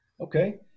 Okay